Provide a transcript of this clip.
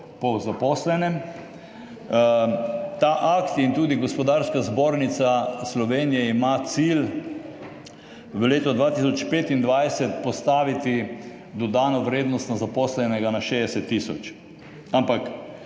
po zaposlenem. Ta akt in tudi Gospodarska zbornica Slovenije ima cilj v letu 2025 postaviti dodano vrednost na zaposlenega na 60 tisoč, ampak